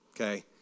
Okay